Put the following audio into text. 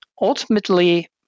ultimately